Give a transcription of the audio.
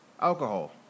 Alcohol